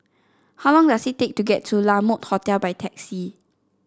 how long does it take to get to La Mode Hotel by taxi